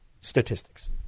statistics